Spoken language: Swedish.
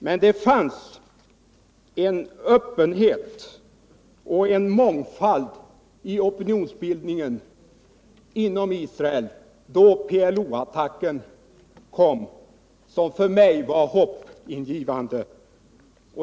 Men då PLO-attacken kom fanns det en öppenhet och en mångfald i opinionsbildningen inom Israel som för mig var hoppingivande.